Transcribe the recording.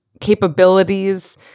capabilities